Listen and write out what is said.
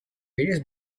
various